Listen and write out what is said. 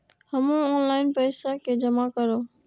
हमू ऑनलाईनपेसा के जमा करब?